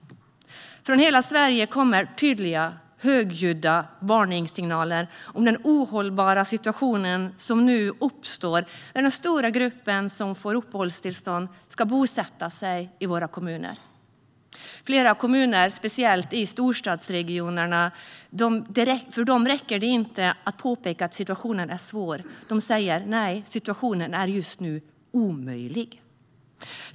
Från hela Sverige kommer tydliga, högljudda varningssignaler om den ohållbara situation som nu uppstår när den stora grupp som får uppehållstillstånd ska bosätta sig i våra kommuner. För flera kommuner, speciellt i storstadsregionerna, räcker det inte att påpeka att situationen är svår. De säger att situationen just nu är omöjlig.